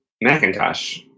Macintosh